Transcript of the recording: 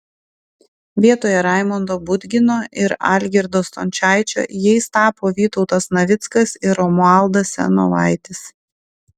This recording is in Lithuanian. vietoje raimondo budgino ir algirdo stončaičio jais tapo vytautas navickas ir romualdas senovaitis